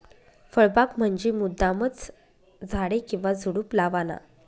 फळबाग म्हंजी मुद्दामचं झाडे किंवा झुडुप लावाना